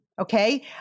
Okay